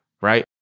right